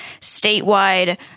statewide